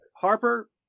Harper